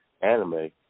anime